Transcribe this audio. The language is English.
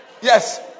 Yes